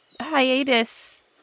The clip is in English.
hiatus